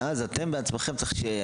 ואז אתם בעצמכם צריכים,